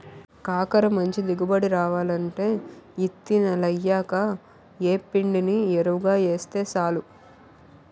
కాకర మంచి దిగుబడి రావాలంటే యిత్తి నెలయ్యాక యేప్పిండిని యెరువుగా యేస్తే సాలు